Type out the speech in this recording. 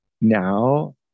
now